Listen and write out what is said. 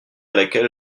laquelle